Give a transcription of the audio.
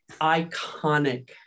iconic